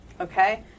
okay